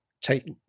take